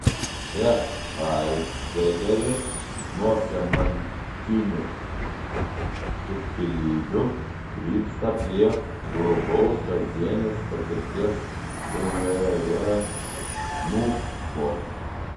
čia haidegeris nuo semantinių subtilybių krypsta prie grubaus kasdienės patirties suverenumo